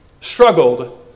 struggled